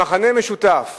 המכנה המשותף